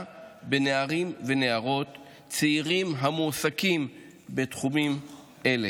בנערים ונערות צעירים המועסקים בתחומים האלה.